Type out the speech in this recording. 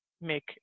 make